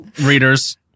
readers